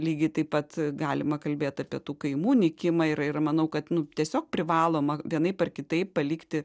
lygiai taip pat galima kalbėt apie tų kaimų nykimą ir ir manau kad nu tiesiog privaloma vienaip ar kitaip palikti